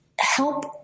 help